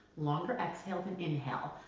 longer exhale than inhale,